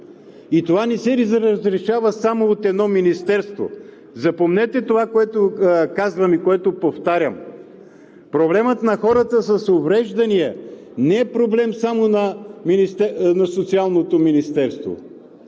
Това не се разрешава само от едно министерство. Запомнете това, което казвам и което повтарям – проблемът на хората с увреждания не е проблем само на Социалното министерство,